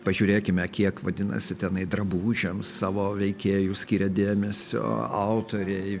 pažiūrėkime kiek vadinasi tenai drabužiams savo veikėjų skiria dėmesio autoriai